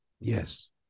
Yes